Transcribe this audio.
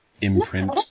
imprint